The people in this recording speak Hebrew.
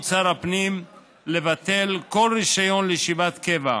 שר הפנים לבטל כל רישיון לישיבת קבע,